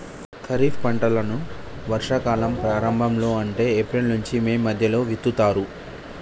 ఖరీఫ్ పంటలను వర్షా కాలం ప్రారంభం లో అంటే ఏప్రిల్ నుంచి మే మధ్యలో విత్తుతరు